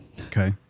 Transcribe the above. Okay